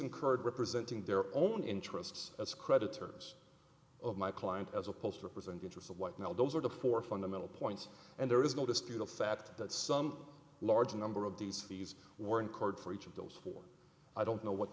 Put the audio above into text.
incurred representing their own interests as creditors of my client as opposed to represent interests of what now those are the four fundamental points and there is no dispute the fact that some large number of these fees were incurred for each of those four i don't know what